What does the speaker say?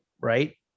right